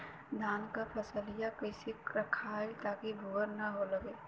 धान क फसलिया कईसे रखाई ताकि भुवरी न लगे?